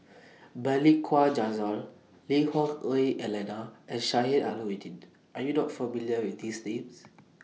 Balli Kaur Jaswal Lui Hah Wah Elena and Sheik Alau'ddin Are YOU not familiar with These Names